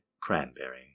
cranberry